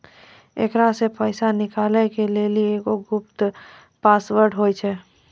एकरा से पैसा निकालै के लेली एगो गुप्त पासवर्ड होय छै